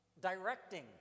directing